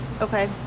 Okay